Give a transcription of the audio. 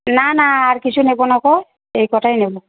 না না আর কিছু নেব না গো এই কটাই নেব